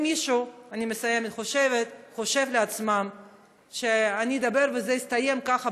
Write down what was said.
ואם מישהו חושב לעצמו שאני אדבר וזה יסתיים ככה,